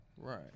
right